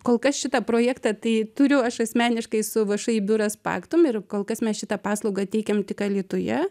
kol kas šitą projektą tai turiu aš asmeniškai su všį biuras paktum ir kol kas mes šitą paslaugą teikiam tik alytuje